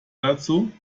dazu